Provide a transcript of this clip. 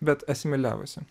bet asimiliavosi